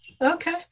okay